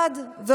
זה עבד ועובד,